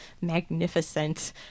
magnificent